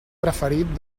preferit